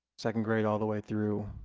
second grade all the way through